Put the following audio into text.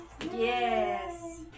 Yes